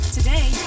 Today